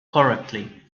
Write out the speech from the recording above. correctly